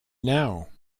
now